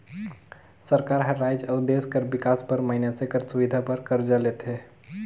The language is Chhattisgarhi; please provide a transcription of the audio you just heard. सरकार हर राएज अउ देस कर बिकास बर मइनसे कर सुबिधा बर करजा लेथे